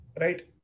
right